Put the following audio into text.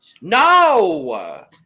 No